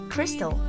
Crystal